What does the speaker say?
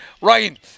Ryan